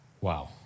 Wow